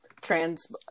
trans